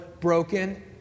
broken